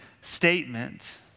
statement